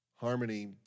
Harmony